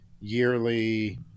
yearly